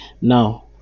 now